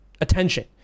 attention